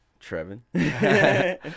trevin